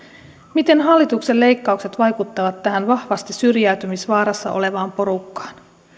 miten hallituksen leikkaukset vaikuttavat tähän vahvasti syrjäytymisvaarassa olevaan porukkaan